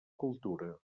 cultura